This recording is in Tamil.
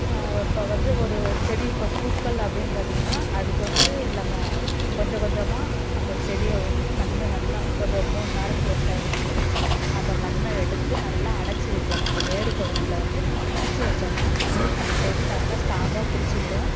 இப்போ வந்து ஒரு செடி இப்போ பூக்கள் அப்படின்னு பார்த்தீங்கன்னா அதுக்கு வந்து நம்ம கொஞ்ச கொஞ்சமாக அந்த செடியை வந்து மண் நல்லா ஒரு மூணு நாளைக்கு ஒரு டைம் வந்து அந்த மண்ணை எடுத்து நல்லா அணைச்சி வைக்கணும் அந்த வேர் பகுதியில் வந்து நம்ம அணைச்சி வச்சோம்னா அந்த செடி நல்லா ஸ்ட்ராங் பிடிச்சிக்கிடும்